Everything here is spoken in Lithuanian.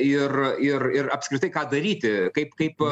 ir apskritai ką daryti kaip kaip